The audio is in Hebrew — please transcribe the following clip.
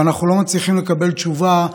ואנחנו לא מצליחים לקבל תשובה,